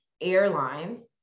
airlines